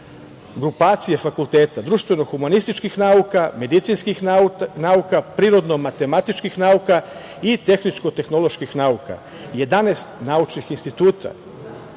grupacije fakulteta, društveno-humanističkih nauka, medicinskih nauka, prirodno matematičkih nauka, i tehničko-tehnoloških nauka, jedanaest